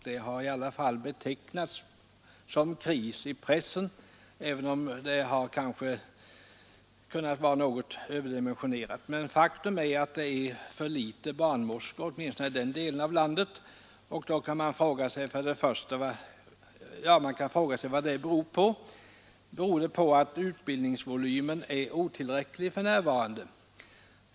Det har betecknats som kris i pressen, men det har kanske varit att något överdimensionera problemet. Faktum är emellertid att det är för få barnmorskor åtminstone i den delen av landet. Man kan fråga sig vad det beror på. Beror det på att utbildningsvolymen är otillräcklig för närvarande?